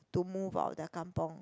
to move out of their kampung